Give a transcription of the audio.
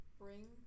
bring